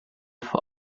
vor